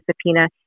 subpoena